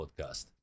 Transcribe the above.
podcast